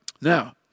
Now